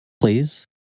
Please